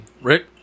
Rick